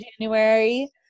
January